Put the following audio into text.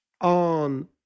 on